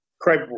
Craig